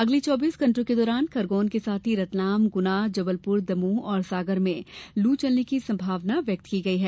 अगले चौबीस घण्टों के दौरान खरगौन के साथ ही रतलाम गुना जबलपुर दमोह और सागर में लू चलने की संभावना व्यक्त की गई है